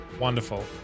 Wonderful